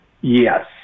Yes